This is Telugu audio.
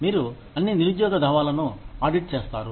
మీరు అన్ని నిరుద్యోగ దావాలను ఆడిట్ చేస్తారు